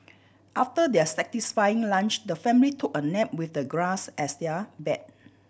after their satisfying lunch the family took a nap with the grass as their bed